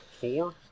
four